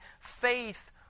faith